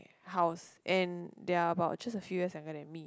house and they are about just a few years younger than me